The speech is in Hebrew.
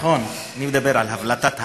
נכון, אני מדבר על הבלטת העי"ן.